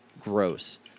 gross